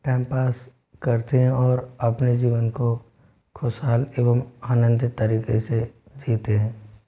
timepass करते हैं और अपने जीवन को खुसहाल एवं आनंदित तरीके से जीते हैं